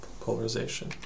polarization